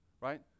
right